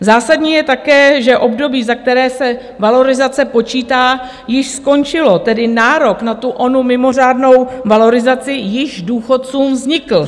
Zásadní je také, že období, za které se valorizace počítá, již skončilo, tedy nárok na tu onu mimořádnou valorizaci již důchodcům vznikl.